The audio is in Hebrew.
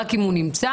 רק אם הוא נמצא,